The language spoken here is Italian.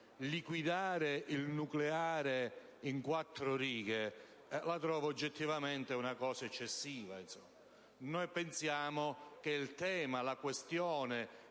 liquidare il nucleare in quattro righe sia oggettivamente eccessivo. Noi pensiamo che il tema e la questione,